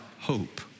hope